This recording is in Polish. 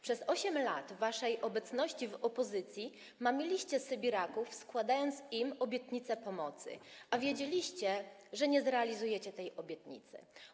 Przez 8 lat waszej obecności w opozycji mamiliście Sybiraków, składając im obietnice pomocy, a wiedzieliście, że nie zrealizujecie tej obietnicy.